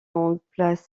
propriété